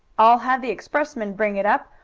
i'll have the expressman bring it up,